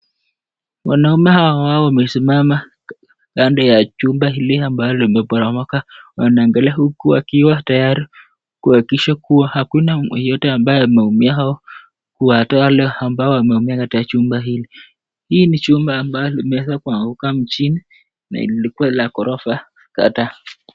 Wanaume hao wamesimama kando la chumba hili ambalo limeporomoka wanaangalia huku wakiwa tayari kuhakikisha kuwa hakuna yeyote ambaye ameumia au kuwatoa wale ambao wameumia katika chumba hili. Hii ni chumba ambalo limeweza kuanguka mchini na ilikuwa la gorofa kadhaa.